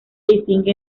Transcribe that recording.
distingue